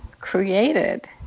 created